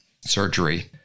surgery